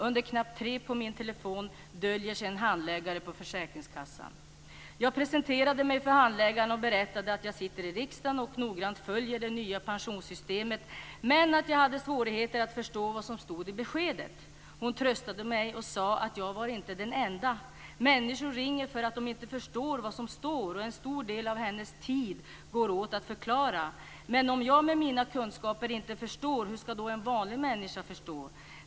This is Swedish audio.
Under knapp 3 på min telefon döljer sig en handläggare på försäkringskassan. Jag presenterade mig för handläggaren och berättade att jag sitter i riksdagen och noggrant följt det nya pensionssystemet, men att jag hade svårigheter att förstå vad som stod i beskedet. Hon tröstade mig och sade att jag var inte den enda. Människor ringer för att de inte förstår vad som står, och en stor del av hennes tid går åt att förklara. Men om jag med mina kunskaper inte förstår, hur skall den vanliga människan förstå?